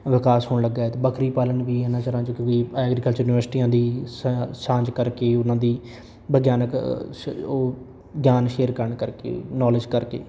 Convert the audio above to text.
ਵਿਕਾਸ ਹੋਣ ਲੱਗਿਆ ਅਤੇ ਬੱਕਰੀ ਪਾਲਣ ਵੀ ਨਜ਼ਰਾਂ 'ਚ ਕਿਉਂਕਿ ਐਗਰੀਕਲਚਰ ਯੂਨੀਵਰਸਿਟੀਆਂ ਦੀ ਸਾ ਸਾਂਝ ਕਰਕੇ ਉਹਨਾਂ ਦੀ ਵਿਗਿਆਨਿਕ ਉਹ ਗਿਆਨ ਸ਼ੇਅਰ ਕਰਨ ਕਰਕੇ ਨੌਲੇਜ ਕਰਕੇ